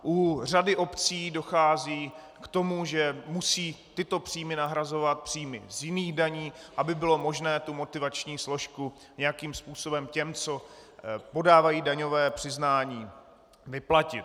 U řady obcí dochází k tomu, že musí tyto příjmy nahrazovat příjmy z jiných daní, aby bylo možné tu motivační složku nějakým způsobem těm, co podávají daňové přiznání, vyplatit.